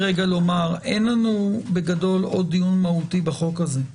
אין לנו בגדול עוד דיון מהותי בחוק הזה.